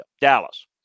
Dallas